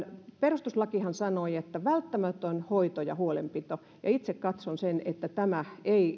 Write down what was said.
perustuslakihan sanoo että välttämätön hoito ja huolenpito ja itse katson että tämä ei liity